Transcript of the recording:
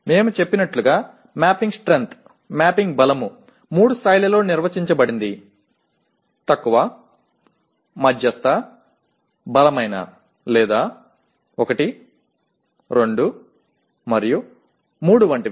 நாங்கள் சொன்னது போல் கோப்பிடும் வலிமை 3 நிலைகளில் வரையறுக்கப்படுகிறது குறைந்த நடுத்தர வலுவான அல்லது 1 2 3 போன்றது